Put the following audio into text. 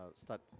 start